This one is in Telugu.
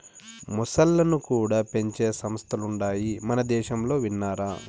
మొసల్లను కూడా పెంచే సంస్థలుండాయి మనదేశంలో విన్నారా